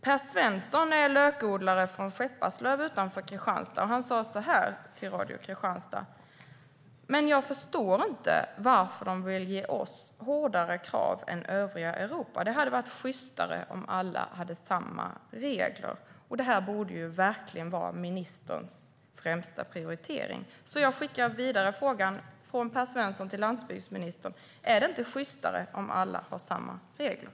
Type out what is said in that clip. Per Svensson är lökodlare från Skepparslöv utanför Kristianstad, och han sa så här till Radio Kristianstad: Jag förstår inte varför de vill ge oss hårdare krav än övriga Europa. Det hade varit sjystare om alla hade samma regler. Det här borde verkligen vara ministerns främsta prioritering, så jag skickar frågan vidare från Per Svensson till landsbygdsministern: Är det inte sjystare om alla har samma regler?